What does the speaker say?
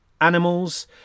animals